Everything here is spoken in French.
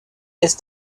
est